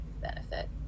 benefit